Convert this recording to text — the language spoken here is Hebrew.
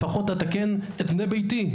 לפחות אתקן את בני ביתי,